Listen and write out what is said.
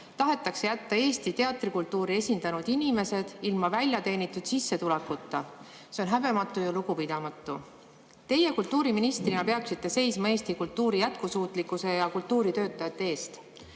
vanaduspensionid. Eesti teatrikultuuri esindanud inimesed tahetakse jätta väljateenitud sissetulekuta. See on häbematu ja lugupidamatu. Teie kultuuriministrina peaksite seisma Eesti kultuuri jätkusuutlikkuse ja kultuuritöötajate eest.